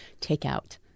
takeout